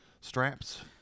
straps